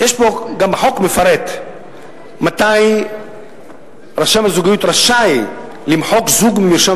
החוק גם מפרט מתי רשם הזוגיות רשאי למחוק זוג ממרשם